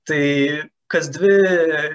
tai kas dvi